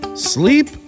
Sleep